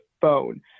phone